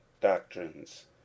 Doctrines